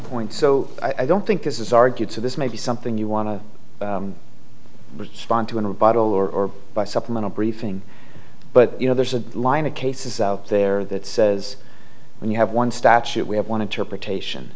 point so i don't think this is argued so this may be something you want to respond to in a bottle or by supplemental briefing but you know there's a line of cases out there that says when you have one statute we have one interpretation